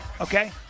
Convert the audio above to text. Okay